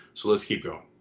so let's keep going.